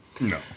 no